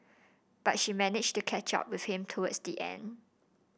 but she managed to catch up with him towards the end